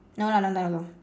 no lah no lah no